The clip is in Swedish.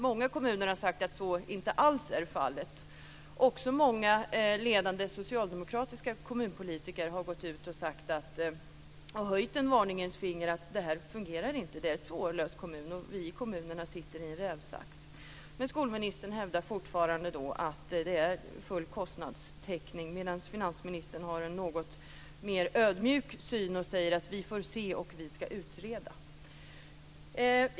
Många kommuner har sagt att så inte alls är fallet. Också många ledande socialdemokratiska kommunpolitiker har också gått ut och höjt ett varningens finger för att det här inte fungerar. De säger att det är ett svårlöst problem och att kommunerna sitter i en rävsax. Men skolministern hävdar fortfarande att det blir full kostnadstäckning, medan finansministern har en något mer ödmjuk syn och säger: Vi får se, och vi ska utreda det.